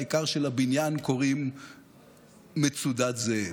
והעיקר שלבניין קוראים מצודת זאב.